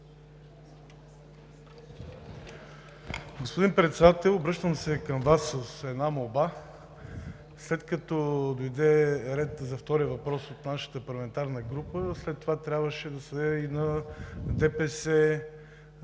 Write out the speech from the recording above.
Господин Председател! Обръщам се към Вас с една молба: след като дойде ред за втория въпрос от нашата парламентарна група, след това трябваше също да се даде и на ДПС,